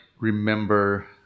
remember